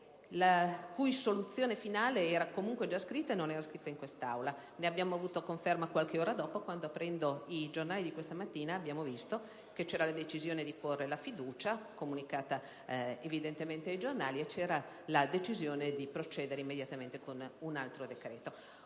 la cui soluzione finale era comunque già scritta, e non era scritta in quest'Aula. Ne abbiamo avuto conferma qualche ora dopo quando, aprendo i giornali di questa mattina, abbiamo letto della decisione di porre la fiducia, comunicata evidentemente alla stampa, e di procedere immediatamente con un altro decreto.